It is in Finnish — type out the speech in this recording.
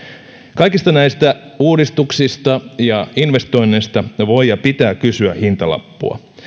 kaikista näistä uudistuksista ja investoinneista voi ja pitää kysyä hintalappua